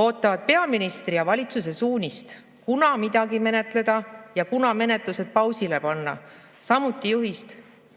ootavad peaministri ja valitsuse suunist, kunas midagi menetleda ja kunas menetlused pausile panna, samuti juhist,